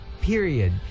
period